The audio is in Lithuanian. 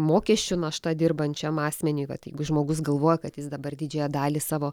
mokesčių našta dirbančiam asmeniui vat jeigu žmogus galvoja kad jis dabar didžiąją dalį savo